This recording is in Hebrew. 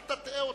אל תטעה אותו.